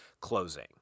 closing